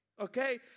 okay